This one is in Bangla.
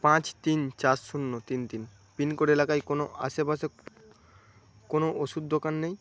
পাঁচ তিন চার শূন্য তিন তিন পিনকোড এলাকায় কোনো আশেপাশে কোনো ওষুধ দোকান নেই